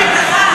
בלית ברירה.